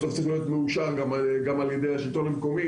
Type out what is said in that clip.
כי בסוף זה צריך להיות מאושר גם על ידי השלטון המקומי.